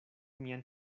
mian